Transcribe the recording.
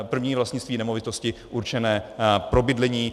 první vlastnictví nemovitosti určené pro bydlení.